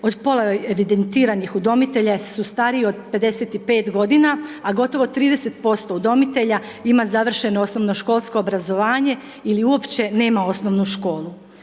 od pola evidentiranih udomitelja su stariji od 55 godina, a gotovo 30% udomitelja ima završeno osnovnoškolsko obrazovanje ili uopće nema osnovnu školu.